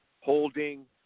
holding